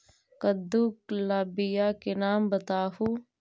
कददु ला बियाह के नाम बताहु?